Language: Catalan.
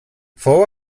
fou